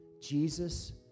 Jesus